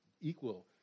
equal